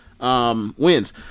wins